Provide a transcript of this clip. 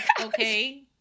okay